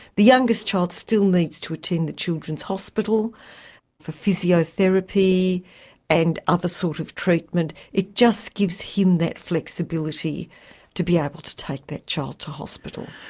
the youngest child still needs to attend the children's hospital for physiotherapy and other sort of treatment. it just gives him that flexibility to be able to take that child to hospital.